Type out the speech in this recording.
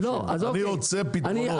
אני רוצה פתרונות.